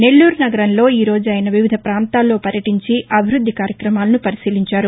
నెల్లూరు నగరంలో ఈ రోజు ఆయన వివిధ పాంతాల్లో పర్యటించి అభివృద్ది కార్యక్రమాలను పరిశీలించారు